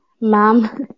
ma'am